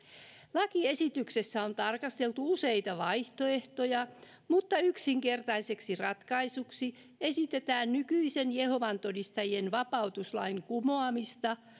lakiesityksessä on tarkasteltu useita vaihtoehtoja mutta yksinkertaiseksi ratkaisuksi esitetään nykyisen jehovan todistajien vapautuslain kumoamista